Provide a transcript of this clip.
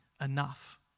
enough